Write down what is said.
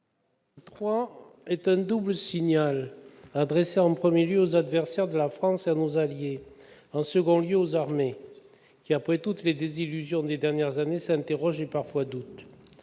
3 est un double signal, adressé, en premier lieu, aux adversaires de la France et à nos alliés et, en second lieu, aux armées, qui, après toutes les désillusions des dernières années, s'interrogent et, parfois, doutent.